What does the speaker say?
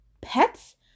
Pets